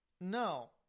no